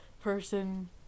person